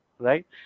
Right